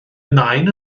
nain